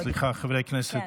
סליחה, חברי הכנסת.